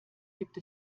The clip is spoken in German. gibt